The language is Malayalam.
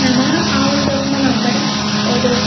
നമ്മൾ ആ ഒരു ഇത് നോക്കുമ്പോൾ നമ്മുടെ ഒരു